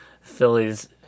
Phillies